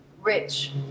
rich